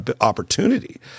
opportunity